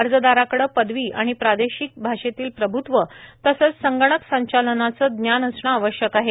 अर्जदाराकडे पदवी व प्रादेशिक भाषेतील प्रभूत्व तसेच संगणक संचालनाचे जान असणे आवश्यक आहे